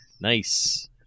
Nice